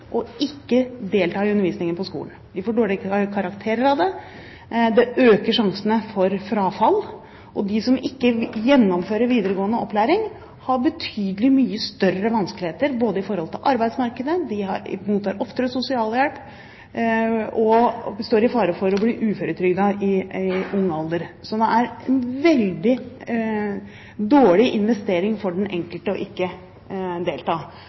det øker risikoen for frafall. De som ikke gjennomfører videregående opplæring, har betydelig større vanskeligheter i arbeidsmarkedet. De mottar oftere sosialhjelp, og de står i fare for å bli uføretrygdet i ung alder. Så det er en veldig dårlig investering for den enkelte ikke å delta.